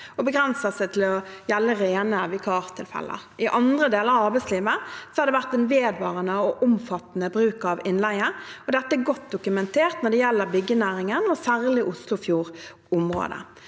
og begrenser seg til å gjelde rene vikartilfeller. I andre deler av arbeidslivet har det vært en vedvarende og omfattende bruk av innleie. Dette er godt dokumentert når det gjelder byggenæringen, og særlig i Oslofjord-området.